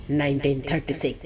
1936